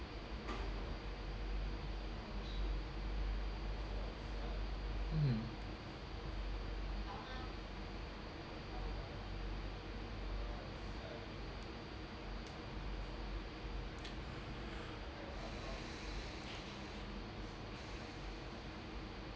mm